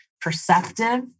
perceptive